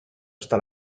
hasta